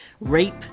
rape